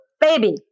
baby